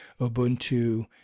Ubuntu